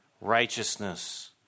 righteousness